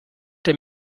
der